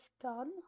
done